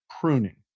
pruning